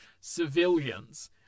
civilians